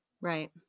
Right